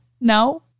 no